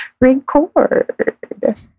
record